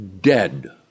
dead